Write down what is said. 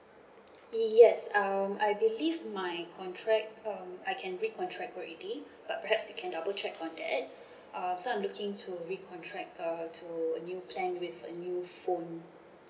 yes um I believe my contract um I can recontract already but perhaps you can double check on that um so I'm looking to recontract uh to a new plan with a new phone